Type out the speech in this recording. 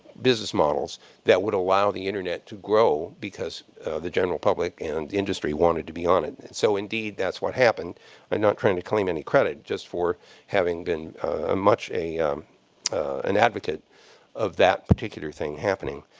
businesses models that would allow the internet to grow, because the general public and industry wanted to be on it. so, indeed, that's what happened. i'm not trying to claim any credit. just for having been ah much an advocate of that particular thing happening.